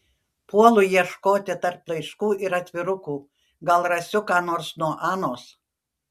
puolu ieškoti tarp laiškų ir atvirukų gal rasiu ką nors nuo anos